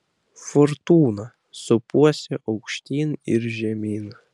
fortūna sūpuosis aukštyn ir žemyn